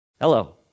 Hello